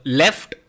left